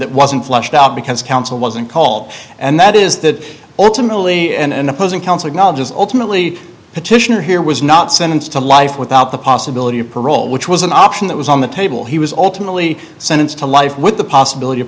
that wasn't flushed out because counsel wasn't called and that is that ultimately and opposing counsel acknowledges ultimately petitioner here was not sentenced to life without the possibility of parole which was an option that was on the table he was alternately sentenced to life with the possibility of